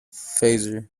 phaser